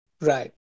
Right